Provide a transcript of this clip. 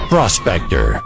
Prospector